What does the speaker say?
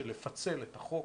של לפצל את החוק,